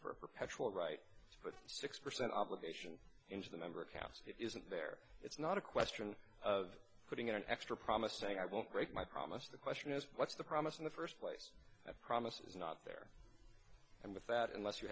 her perpetual right with six percent obligation into the number of houses isn't there it's not a question of putting in an extra promise saying i will break my promise the question is what's the promise in the first place of promises not there and with that unless you